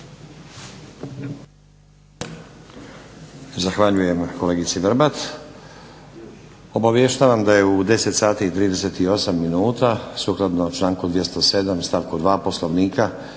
Zahvaljujem kolegici Vrbat. Obavještavam da je u 10,38 minuta sukladno članku 207. stavku 2. Poslovnika